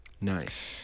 Nice